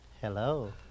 Hello